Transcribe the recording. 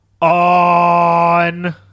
on